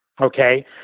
Okay